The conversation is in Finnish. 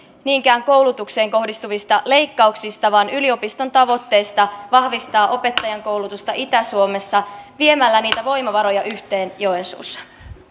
niinkään koulutukseen kohdistuvista leikkauksista vaan yliopiston tavoitteista vahvistaa opettajankoulutusta itä suomessa viemällä niitä voimavaroja yhteen joensuussa